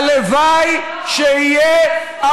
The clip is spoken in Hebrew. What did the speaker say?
לא, הימין הוא ימין קיצוני.